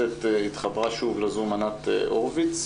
התחברה שוב לזום ענת הורוביץ,